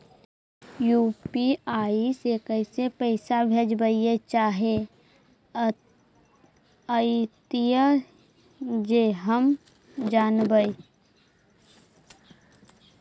UPI से कैसे पैसा भेजबय चाहें अइतय जे हम जानबय?